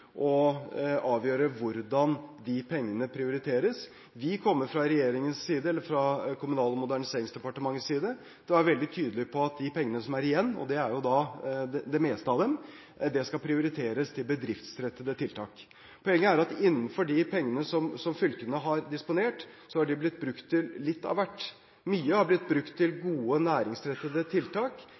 å avgjøre hvordan de pengene prioriteres. Vi kommer fra regjeringen og Kommunal- og moderniseringsdepartementets side til å være veldig tydelige på at de pengene som er igjen, og det er jo det meste av dem, skal prioriteres til bedriftsrettede tiltak. Poenget er at de pengene som fylkene har disponert, er blitt brukt til litt av hvert. Mye har blitt brukt til gode, næringsrettede tiltak,